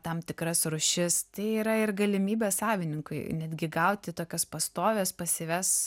tam tikras rūšis tai yra ir galimybė savininkui netgi gauti tokias pastovias pasyvias